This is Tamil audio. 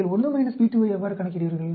நீங்கள் 1 p2 ஐ எவ்வாறு கணக்கிடுவீர்கள்